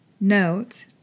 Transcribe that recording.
note